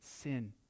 sin